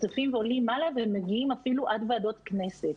צפים ועולים מעלה והם מגיעים אפילו עד ועדות כנסת.